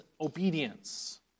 obedience